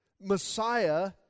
Messiah